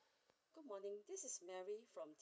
good morning this is mary from the